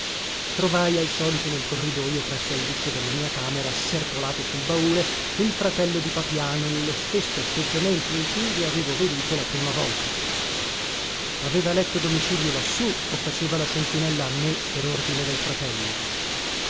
trovai al solito nel corridojo presso alluscio della mia camera asserpolato sul baule il fratello di papiano nello stesso atteggiamento in cui lo avevo veduto la prima volta aveva eletto domicilio lassù o faceva la sentinella a me per ordine del fratello